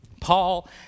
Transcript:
Paul